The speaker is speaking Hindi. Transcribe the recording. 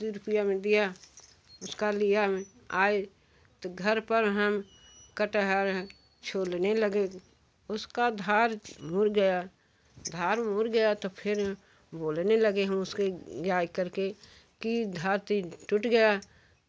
अस्सी रुपया में दिया उसका लिया आए तो घर पर हम कटहल छीलने लगे उसका धार भूर गया धार मुर गया तो फिर बोलने लगे हम उसके जाकर के की धार तो टूट गया